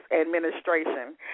administration